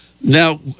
Now